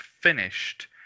finished